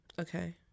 Okay